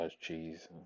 cheese